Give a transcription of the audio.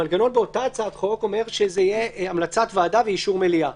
המנגנון באותה הצעת חוק אומר שזה יהיה המלצת ועדה ואישור מליאה,